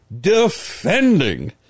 defending